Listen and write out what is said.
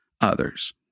others